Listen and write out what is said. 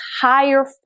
higher